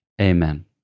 Amen